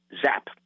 zap